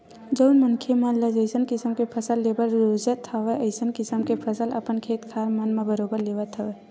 जउन मनखे मन ल जइसन किसम के फसल लेबर रुचत हवय अइसन किसम के फसल अपन खेत खार मन म बरोबर लेवत हवय